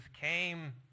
came